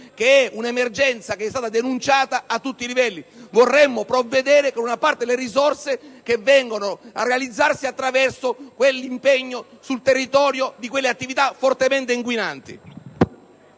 ad un'emergenza denunciata a tutti i livelli. Vorremmo provvedere con una parte di risorse che vengono a realizzarsi a seguito dell'utilizzo sul territorio di quelle attività fortemente inquinanti.